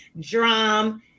Drum